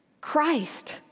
Christ